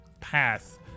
path